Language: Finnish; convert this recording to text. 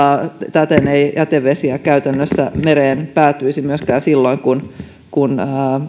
täten ei jätevesiä käytännössä mereen päätyisi myöskään silloin kun kun